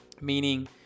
Meaning